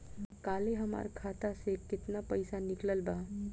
काल्हे हमार खाता से केतना पैसा निकलल बा?